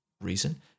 reason